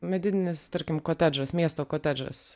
medinis tarkim kotedžas miesto kotedžas